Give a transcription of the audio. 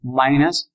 minus